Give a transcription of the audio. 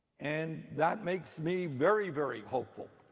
and that makes me very, very hopeful